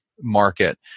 market